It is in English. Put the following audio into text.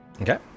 Okay